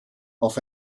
auf